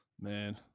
Man